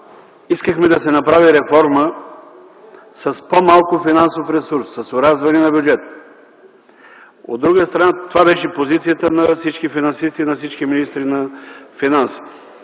искахме да се направи реформа с по-малко финансов ресурс, с орязване на бюджета. Това беше позицията на всички финансисти, на всички министри на финансите.